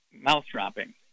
mouth-dropping